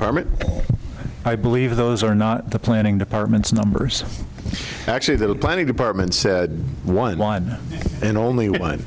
ok i believe those are not the planning department's numbers actually the planning department said one and only one